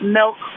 milk